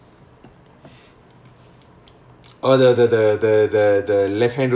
then got some this thing do you know what's the magnetic field thing